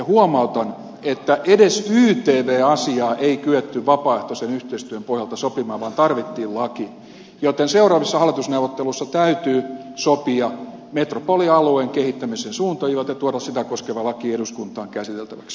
huomautan että edes ytv asiaa ei kyetty vapaaehtoisen yhteistyön pohjalta sopimaan vaan tarvittiin laki joten seuraavissa hallitusneuvotteluissa täytyy sopia metropolialueen kehittämisen suunta ja tuoda sitä koskeva laki eduskuntaan käsiteltäväksi